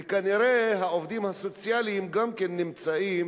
וכנראה העובדים הסוציאליים נמצאים